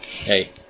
Hey